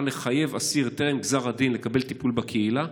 לחייב אסיר טרם גזר הדין לקבל טיפול בקהילה,